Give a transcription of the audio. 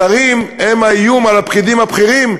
השרים הם האיום על הפקידים הבכירים,